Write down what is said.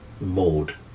mode